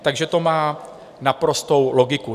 Takže to má naprostou logiku.